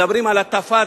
מדברים על הטפה,